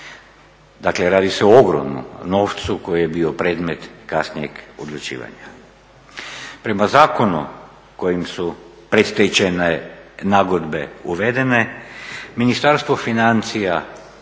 Dakle, radi se o ogromnom novcu koji je bio predmet kasnijeg odlučivanja. Prema zakonu kojim su predstečajne nagodbe uvedene Ministarstvo financija